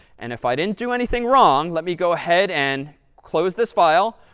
and if i didn't do anything wrong, let me go ahead and close this file,